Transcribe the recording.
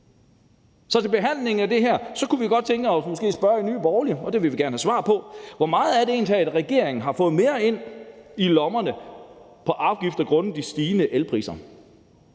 Så ved behandlingen af det her kunne vi i Nye Borgerlige måske godt tænke os at spørge – og det vil vi gerne have et svar på: Hvor meget er det egentlig, at regeringen har fået mere ned i lommerne som afgifter grundet de stigende elpriser?